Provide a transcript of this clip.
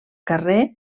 carrer